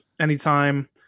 anytime